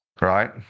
right